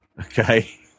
okay